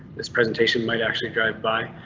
this presentation might actually drive by.